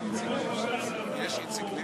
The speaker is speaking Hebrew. יש איציק ליפשיץ,